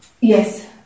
yes